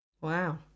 Wow